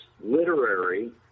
literary